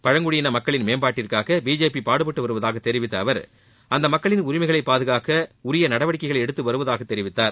பழங்குடியின மக்களின் மேம்பாட்டிற்காக பிஜேபி பாடுபட்டு வருவதாக தெரிவித்த அவர் அந்த மக்களின் உரிமைகளை பாதுகாக்க உரிய நடவடிக்கைகளையும் எடுத்து வருவதாக தெரிவித்துள்ளார்